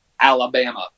Alabama